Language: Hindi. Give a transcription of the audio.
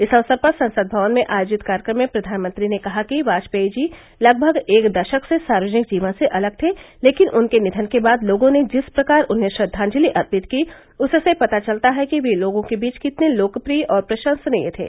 इस अवसर पर संसद भवन में आयोजित कार्यक्रम में प्रधानमंत्री ने कहा कि वाजपेयी जी लगभग एक दशक से सार्वजनिक जीवन से अलग थे लेकिन उनके निधन के बाद लोगों ने जिस प्रकार उन्हें श्रद्वांजलि अर्पित की उससे पता चलता है कि वे लोगों के बीच कितने लोकप्रिय और प्रशंसनीय थे